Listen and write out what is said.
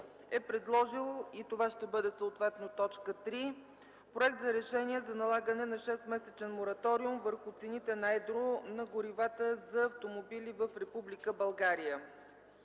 е предложил – и това ще бъде съответно т. 3, Проект за решение за налагане на 6-месечен мораториум върху цените на едро на горивата за автомобили в Република България.